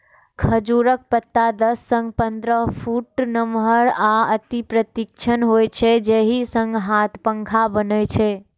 खजूरक पत्ता दस सं पंद्रह फुट नमहर आ अति तीक्ष्ण होइ छै, जाहि सं हाथ पंखा बनै छै